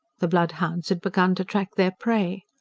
the bloodhounds had begun to track their prey.